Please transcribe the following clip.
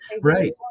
Right